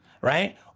right